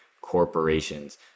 corporations